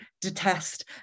detest